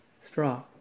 straw